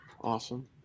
awesome